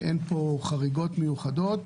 אין פה חריגות מיוחדות.